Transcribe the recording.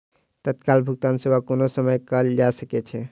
तत्काल भुगतान सेवा कोनो समय कयल जा सकै छै